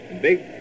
Big